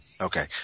Okay